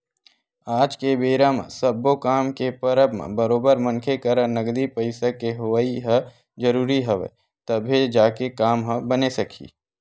आज के बेरा म सब्बो काम के परब म बरोबर मनखे करा नगदी पइसा के होवई ह जरुरी हवय तभे जाके काम ह बने सकही